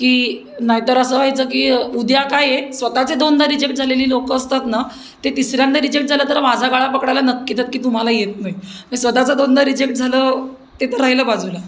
की नाहीतर असं व्हायचं की उद्या काय आहे स्वतःचे दोनदा रिजेक्ट झालेले लोकं असतात ना ते तिसऱ्यांदा रिजेक्ट झालं तर माझा गळा पकडायला नक्की की तुम्हाला येत नाही स्वत चं दोनदा रिजेक्ट झालं ते तर राहिलं बाजूला